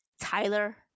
tyler